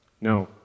No